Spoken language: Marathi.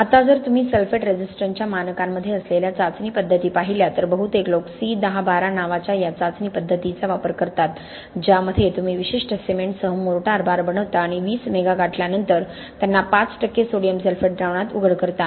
आता जर तुम्ही सल्फेट रेझिस्टन्सच्या मानकांमध्ये असलेल्या चाचणी पद्धती पाहिल्या तर बहुतेक लोक C1012 नावाच्या या चाचणी पद्धतींचा वापर करतात ज्यामध्ये तुम्ही विशिष्ट सिमेंटसह मोर्टार बार बनवता आणि 20 मेगा गाठल्यानंतर त्यांना 5 टक्के सोडियम सल्फेट द्रावणात उघड करता